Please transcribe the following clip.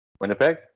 Winnipeg